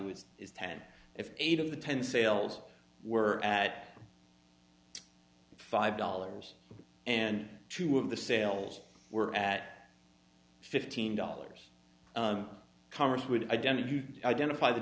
is is ten if eight of the ten sales were at five dollars and two of the sales were at fifteen dollars congress would identify you identify the